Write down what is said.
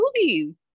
movies